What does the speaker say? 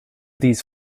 these